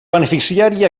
beneficiari